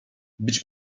być